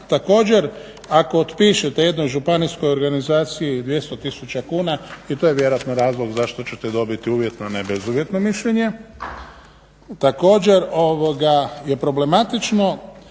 Također, ako otpišete jednoj županijskoj organizaciji 200 tisuća kuna i to je vjerojatno razlog zašto ćete dobiti uvjetno, a ne bezuvjetno mišljenje. Također je problematično